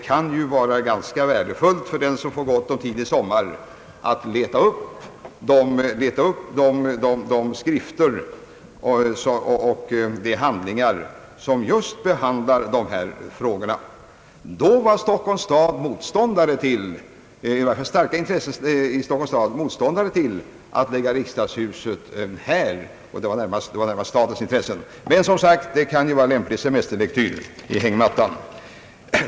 För den som får gott om tid i sommar kan det vara värdefullt att leta fram de skrifter och handlingar som behandlar just dessa frågor. Då var starka intressen i Stockholms stad motståndare till att förlägga riksdagshuset här. Denna placering var närmast en följd av statens intressen. Men, som sagt, det kan ju vara lämplig semesterlektyr i hängmattan.